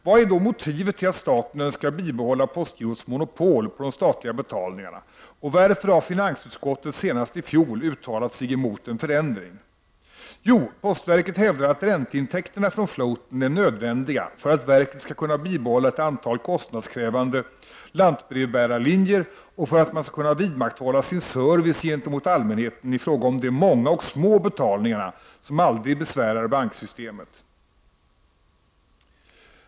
Vad är då motivet till att staten önskar bibehålla postgirots monopol på de statliga betalningarna, och varför har finansutskottet senast i fjol uttalat sig mot en förändring? Jo, postverket hävdar att ränteintäkterna från ”floaten” är nödvändiga för att verket skall kunna bibehålla ett antal kostnadskrävande lantbrevbärarlinjer och för att man skall kunna vidmakthålla sin service gentemot allmänheten i fråga om de många och små betalningarna som aldrig besvärar banksystemet.